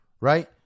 right